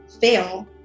fail